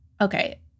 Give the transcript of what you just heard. okay